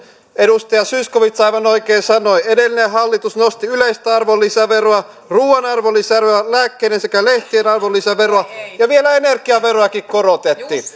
edustaja zyskowicz aivan oikein sanoi edellinen hallitus nosti yleistä arvonlisäveroa ruuan arvonlisäveroa lääkkeiden sekä lehtien arvonlisäveroa ja vielä energiaveroakin korotettiin